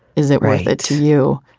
is it it to you.